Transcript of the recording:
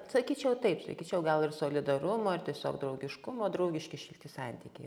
sakyčiau taip sakyčiau gal ir solidarumo ir tiesiog draugiškumo draugiški šilti santykiai